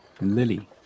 Lily